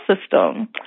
system